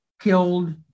killed